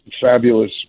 fabulous